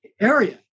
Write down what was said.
area